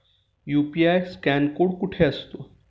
UPI scan code कुठे असतो?